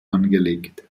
angelegt